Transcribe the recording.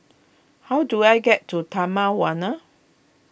how do I get to Taman Warna